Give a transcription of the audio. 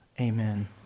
amen